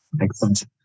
Excellent